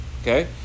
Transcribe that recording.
Okay